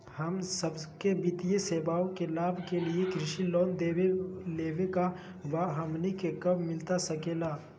हम सबके वित्तीय सेवाएं के लाभ के लिए कृषि लोन देवे लेवे का बा, हमनी के कब मिलता सके ला?